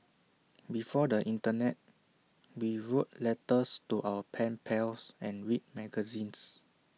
before the Internet we wrote letters to our pen pals and read magazines